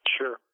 Sure